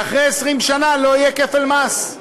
ואחרי 20 שנה לא יהיה כפל מס.